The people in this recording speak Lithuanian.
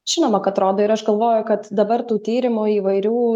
žinoma kad rodo ir aš galvoju kad dabar tų tyrimų įvairių